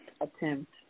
attempt